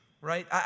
right